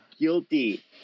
guilty